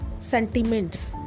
sentiments